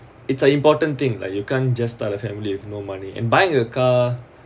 it's an important thing like you can't just start a family with no money and buying a car